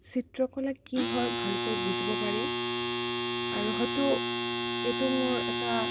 চিত্ৰকলা কি হয় ভালকৈ বুজিব পাৰিম আৰু হয়তো এইটো মোৰ এটা